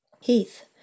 Heath